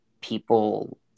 people